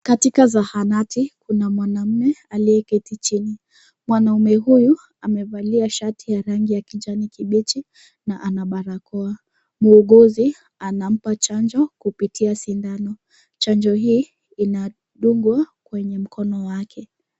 Katika zahanati, kuna mwanamme aliyeketi chini, mwanaume huyu, amevalia shati ya rangi ya kijani kibichi, na ana barakoa, muuguzi, anampa chanjo kupitia sindano, chanjo , inadungwa, kwenye mkono wake.